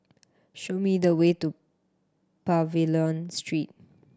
show me the way to Pavilion Street